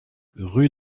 rue